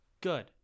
Good